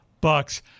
bucks